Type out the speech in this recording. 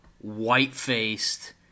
white-faced